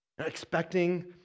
expecting